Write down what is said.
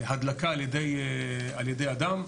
תוצאת הדלקה על ידי אדם,